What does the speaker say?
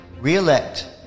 re-elect